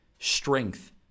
strength